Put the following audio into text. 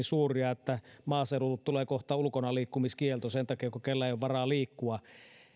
suuria että maaseudulla tulee kohta ulkonaliikkumiskielto sen takia että kenelläkään ei ole varaa liikkua